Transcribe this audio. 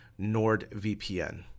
NordVPN